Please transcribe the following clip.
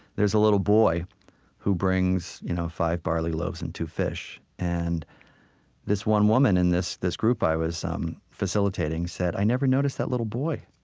there's a little boy who brings you know five barley loaves and two fish. and this one woman in this this group i was um facilitating said, i never noticed that little boy.